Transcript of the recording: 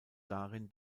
darin